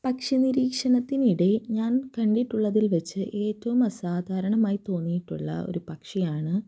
പക്ഷി നിരീക്ഷണത്തിലൂടെ ഞാൻ കണ്ടിട്ടുള്ളതിൽ വെച്ച് ഏറ്റവും അസാധാരണമായി തോന്നിയിട്ടുള്ള ഒരു പക്ഷിയാണ്